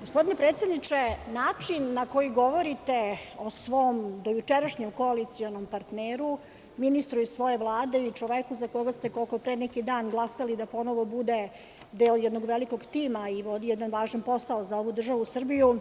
Gospodine predsedniče način na koji govorite o svom dojučerašnjem koalicionom partneru, ministru iz svoje Vlade i čoveku za koga ste koliko pre neki dan glasali da ponovo bude deo jednog velikog tima, i vodi jedan važan posao za ovu državu Srbiju,